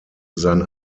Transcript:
sein